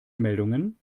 meldungen